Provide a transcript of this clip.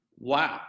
wow